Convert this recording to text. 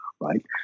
right